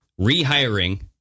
rehiring